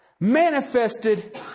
Manifested